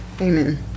Amen